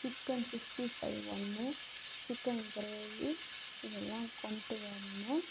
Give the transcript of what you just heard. chicken sixty five ஒன்று chicken gravy இதெல்லாம் கொண்டு வரணும்